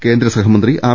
കേന്ദ്രസഹമന്ത്രി ആർ